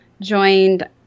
joined